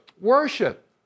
worship